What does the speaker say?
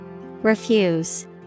Refuse